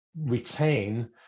retain